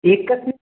एकस्मिन्